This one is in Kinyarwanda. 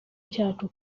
cyacu